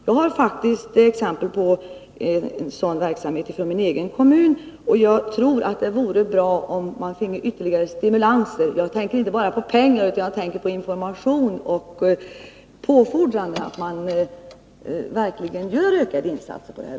Jag har exempel på en sådan verksamhet i min egen kommun, och jag tror att det vore bra om kommunerna finge ytterligare stimulanser — jag tänker inte bara på stimulanser i form av pengar, utan på information och uppfordran till kommunerna att göra ökade insatser.